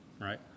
Right